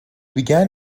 began